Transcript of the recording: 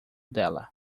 dela